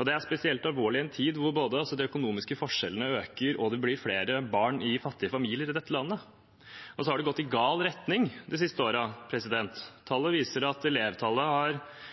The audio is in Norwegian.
Det er spesielt alvorlig i en tid hvor både de økonomiske forskjellene øker og det blir flere barn i fattige familier i dette landet. Og så har det gått i gal retning de siste årene. Tallene viser at elevtallet